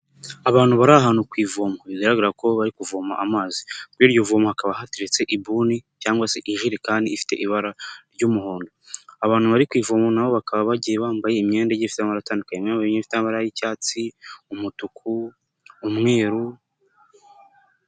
Abantu bari ahantu ku ivomo, bigaragara ko bari kuvoma amazi. Kuri iryo vomo hakaba hateretse ibuni cyangwa se ijerekani ifite ibara ry'umuhondo. Abantu bari ivomo na bo bakaba bagiye bambaye imyenda igiye ifite amabara atandukanye. Imwe igiye ifite amabara y'icyatsi, umutuku, umweru.